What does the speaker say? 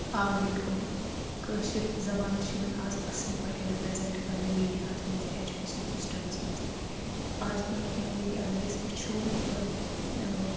آ بلکل کٲشر زبان چھِ یِون آز اصٕل پٲٹھۍ رِپریٚزنٹ کرنہٕ میڈیا ہس منٛز ایجوکیشن سسٹمس منٛز تہِ آز برونٹھ کینٛہہ ؤری اگر ٲس وُچھو مطلب